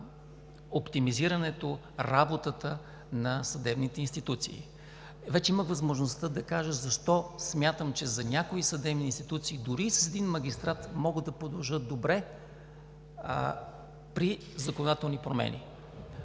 оптимизиране на работата на съдебните институции. Вече имах възможността да кажа защо смятам, че някои съдебни институции, дори и с един магистрат, могат да продължат добре при законодателни промени.